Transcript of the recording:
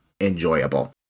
enjoyable